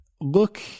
look